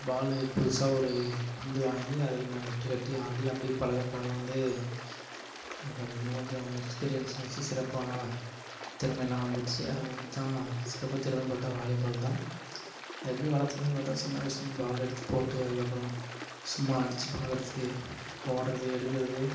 பாலு புதுசாா ஒரு வந்து வாங்கி அதை நான் நெட்டு கட்டி ஆடி அப்படி பழக பழக வந்து கொஞ்சம் இன்னும் கொஞ்சம் எக்ஸ்பிரியன்ஸாக சிறப்பாக திறமையெலாம் வந்துடுச்சி அதுக்கப்புறம்தான் சிறப்பு திறமைன்னு பார்த்தா அது வாலிபால் தான் அது எப்படி வளர்த்துக்கினு பார்த்தா சின்ன வயசில் பாலு எடுத்து போட்டு அதுக்கப்புறம் சும்மா அடிச்சு பார்க்கறது ஓடுறது எடுக்கிறது